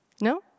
No